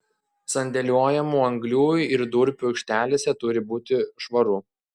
sandėliuojamų anglių ir durpių aikštelėse turi būti švaru